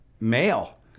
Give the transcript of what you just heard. male